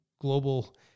global